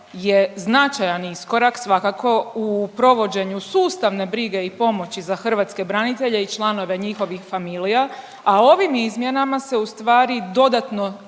hrvatske branitelje i članove njihovih familija, a ovim izmjenama se ustvari dodatno